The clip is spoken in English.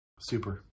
super